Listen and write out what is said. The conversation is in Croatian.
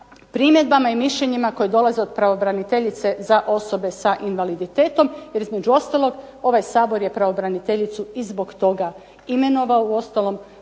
primjedbama i mišljenjima koji dolaze od pravobraniteljice za osobe sa invaliditetom, jer između ostalog ovaj Sabor je pravobraniteljicu i zbog toga imenovao uostalom,